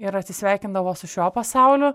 ir atsisveikindavo su šiuo pasauliu